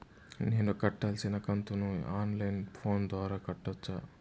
నేను కట్టాల్సిన కంతును ఆన్ లైను ఫోను ద్వారా కట్టొచ్చా?